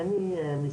אין לי מספרים,